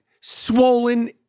swollen